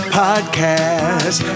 podcast